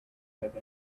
have